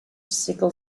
sickle